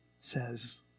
says